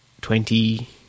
twenty